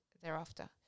thereafter